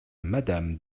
madame